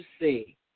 see